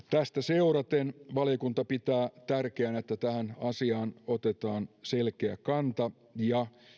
tästä seuraten valiokunta pitää tärkeänä että tähän asiaan otetaan selkeä kanta ja